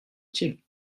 utile